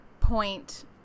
point